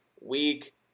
week